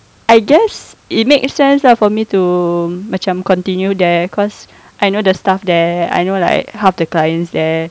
I guess it makes sense lah for me to macam continue there cause I know the staff there I know like half the clients there